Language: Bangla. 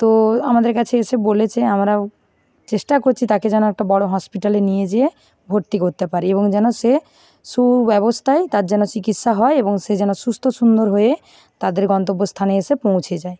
তো আমাদের কাছে এসে বলেছে আমরাও চেষ্টা করছি তাকে যেন একটা বড় হসপিটালে নিয়ে যেয়ে ভর্তি করতে পারি এবং যেন সে সুব্যবস্থায় তার যেন চিকিৎসা হয় এবং সে যেন সুস্থ সুন্দর হয়ে তাদের গন্তব্যস্থানে এসে পৌঁছে যায়